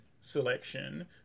selection